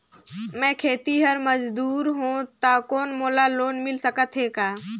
मैं खेतिहर मजदूर हों ता कौन मोला लोन मिल सकत हे का?